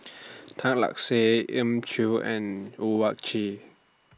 Tan Lark Sye Elim Chew and Owyang Chi